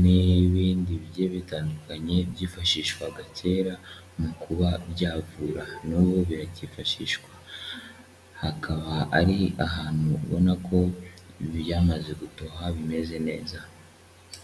n'ibindi bigiye bitandukanye byifashishwaga kera mu kuba byavura n'ubu birakifashishwa, hakaba ari ahantu ubona ko byamaze gutoha bimeze neza.